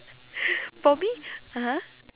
for me (uh huh)